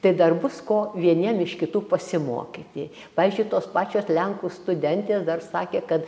tai dar bus ko vieniem iš kitų pasimokyti pavyzdžiui tos pačios lenkų studentės dar sakė kad